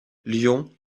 lyon